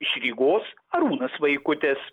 iš rygos arūnas vaikutis